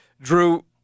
Drew